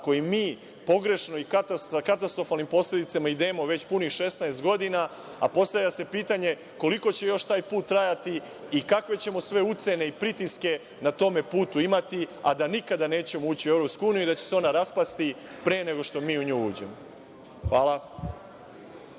kojim mi pogrešno i sa katastrofalnim posledicama idemo već punih 16 godina, a postavlja se pitanje koliko će još taj put trajati i kakve ćemo sve ucene i pritiske na tom putu imati, a da nikada nećemo ući u EU i da će se ona raspasti pre nego što mi u nju uđemo. Hvala.